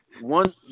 one